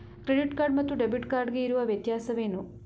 Credit card ಮತ್ತು debit card ಗೆ ಇರುವ ವ್ಯತ್ಯಾಸವೇನು?